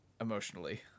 Emotionally